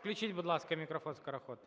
Включіть, будь ласка, мікрофон Скороход.